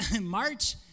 march